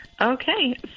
Okay